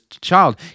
child